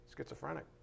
Schizophrenic